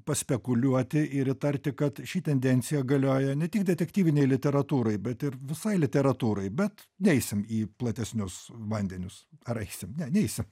paspekuliuoti ir įtarti kad ši tendencija galioja ne tik detektyvinei literatūrai bet ir visai literatūrai bet neisim į platesnius vandenius ar eisim ne neisim